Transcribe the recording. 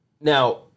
Now